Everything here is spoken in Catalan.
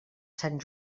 sant